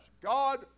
God